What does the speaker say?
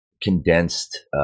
condensed